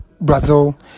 Brazil